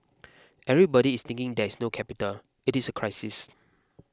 everybody is thinking there is no capital it is a crisis